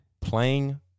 playing